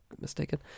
mistaken